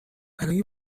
برای